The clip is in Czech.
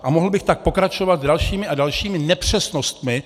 A mohl bych tak pokračovat dalšími a dalšími nepřesnostmi.